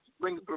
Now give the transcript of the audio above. bring